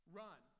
run